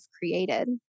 created